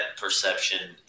perception